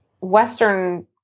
Western